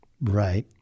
Right